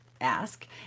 ask